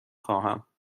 خواهم